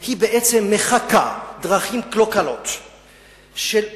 בעצם, היא מחקה דרכים קלוקלות של הקנאות,